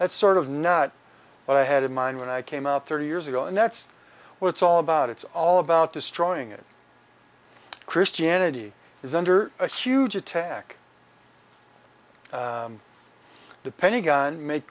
that sort of not what i had in mind when i came out thirty years ago and that's what it's all about it's all about destroying it christianity is under a huge attack the pentagon ma